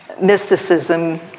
mysticism